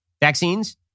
vaccines